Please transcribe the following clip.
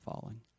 falling